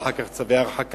ואחר כך צווי הרחקה,